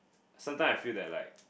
sometime I feel that like